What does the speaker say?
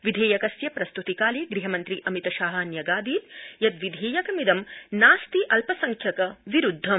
विधेयकस्य प्रस्तृतिकाले गृहमन्त्री अमितशाह न्यगादीत् विधेयकमिदं नास्ति अल्पसंख्यक विरूद्धम्